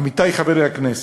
עמיתי חברי הכנסת,